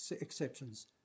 exceptions